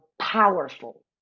powerful